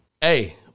Hey